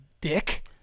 dick